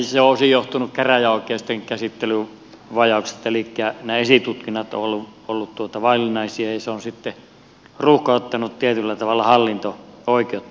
se on osin johtunut käräjäoikeuksien käsittelyvajauksesta elikkä nämä esitutkinnat ovat olleet vaillinaisia ja se on sitten ruuhkauttanut tietyllä tavalla hallinto oikeutta